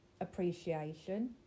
appreciation